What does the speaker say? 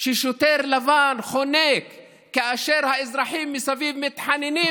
ששוטר לבן חונק כאשר האזרחים מסביב מתחננים,